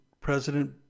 President